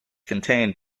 contained